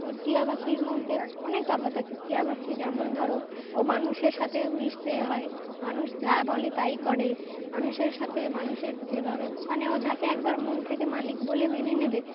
তো টিয়া পাাখির মধ্যে অনেক তফাৎ আছে টিয় পাাখি যেমন ধরো ও মানুষের সাথে মিশতে হয় মানুষ যা বলে তাই করে মানুষের সাথে মানুষের যেভাবে মানে ও যাকে একবার মন থেকে মালিক বলে মেনে নেবে